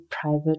private